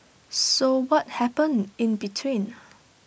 so what happened in between